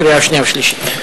קריאה שנייה וקריאה שלישית.